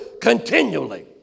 continually